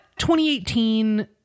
2018